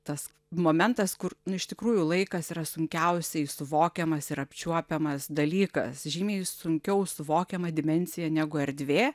tas momentas kur nu iš tikrųjų laikas yra sunkiausiai suvokiamas ir apčiuopiamas dalykas žymiai sunkiau suvokiama dimensija negu erdvė